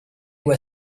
were